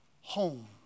home